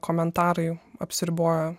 komentarai apsiriboja